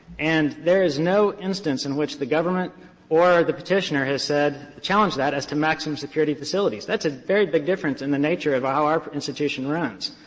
and there is no instance in which the government or the petitioner has said to challenge that as to maximum security facilities. that's a very big difference in the nature of how our institution runs.